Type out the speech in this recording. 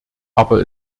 aber